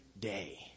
day